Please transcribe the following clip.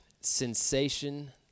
sensation